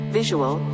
visual